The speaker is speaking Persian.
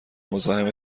مزاحم